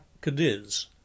Cadiz